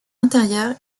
intérieur